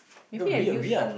maybe I use